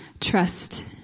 trust